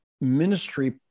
ministry